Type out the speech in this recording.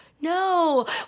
no